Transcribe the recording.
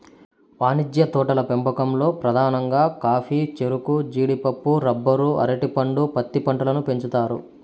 వాణిజ్య తోటల పెంపకంలో పధానంగా కాఫీ, చెరకు, జీడిపప్పు, రబ్బరు, అరటి పండు, పత్తి పంటలను పెంచుతారు